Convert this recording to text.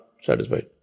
satisfied